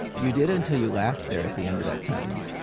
you did until you laughed there at the end of that sentence.